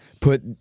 put